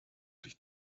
dich